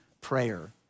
prayer